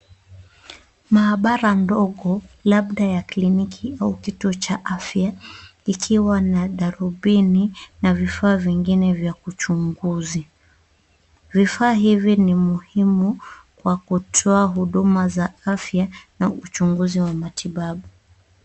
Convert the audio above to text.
Maabara ndogo labda ya kliniki au kituo cha afya ikiwa na darubini na vifaa vya uchunguzi . Vifaa hivi ni muhimu kwa kutoa uchunguzi wa huduma za afya na uchunguzi wa matibabu.